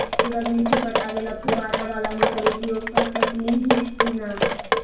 सुरजमुखी पटावे ल फुबारा बाला मोटर उपयोग कर सकली हे की न?